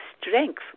strength